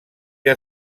que